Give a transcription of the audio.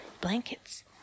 blankets